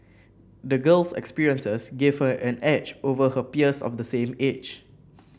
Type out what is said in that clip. the girl's experiences gave her an edge over her peers of the same age